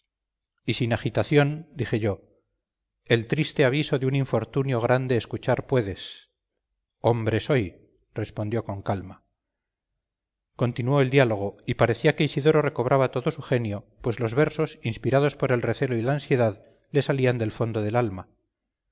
d teodoro la calle le dije y al punto isidoro mirándome sombríamente repuso respondió con calma continuó el diálogo y parecía que isidoro recobraba todo su genio pues los versos inspirados por el recelo y la ansiedad le salían del fondo del alma